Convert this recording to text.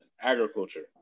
agriculture